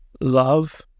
love